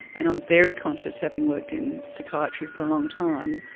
and i'm very conscious, having worked in psychiatry for a long time,